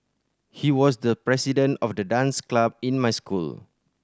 he was the president of the dance club in my school